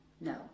No